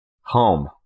Home